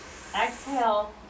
Exhale